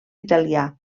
italià